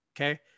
okay